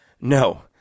No